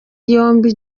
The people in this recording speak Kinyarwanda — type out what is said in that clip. yombi